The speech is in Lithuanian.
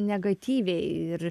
negatyviai ir